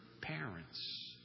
parents